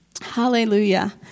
Hallelujah